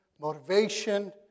motivation